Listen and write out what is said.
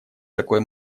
такой